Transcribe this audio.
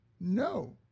No